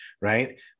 right